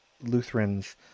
Lutherans